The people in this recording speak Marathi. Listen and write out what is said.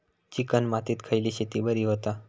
चिकण मातीत खयली शेती बरी होता?